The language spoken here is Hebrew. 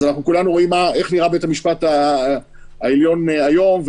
אז כולנו רואים איך נראה בית המשפט העליון היום,